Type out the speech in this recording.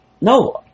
No